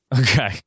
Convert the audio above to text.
okay